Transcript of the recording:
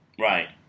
right